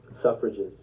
suffrages